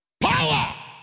Power